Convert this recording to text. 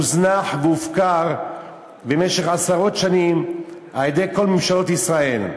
הוזנחה והופקרה במשך עשרות שנים על-ידי כל ממשלות ישראל.